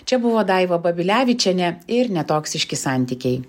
čia buvo daiva babilevičienė ir netoksiški santykiai